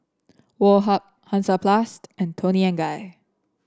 Woh Hup Hansaplast and Toni and Guy